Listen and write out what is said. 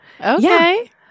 Okay